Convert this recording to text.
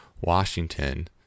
Washington